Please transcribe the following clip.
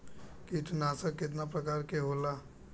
कीटनाशक केतना प्रकार के होला?